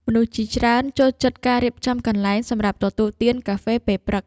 មនុស្សជាច្រើនចូលចិត្តការរៀបចំកន្លែងសម្រាប់ទទួលទានកាហ្វេពេលព្រឹក។